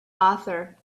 author